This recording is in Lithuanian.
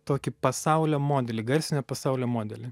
tokį pasaulio modelį garsinio pasaulio modelį